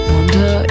Wonder